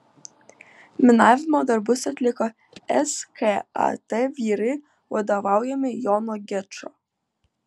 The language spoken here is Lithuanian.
minavimo darbus atliko skat vyrai vadovaujami jono gečo